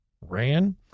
Ran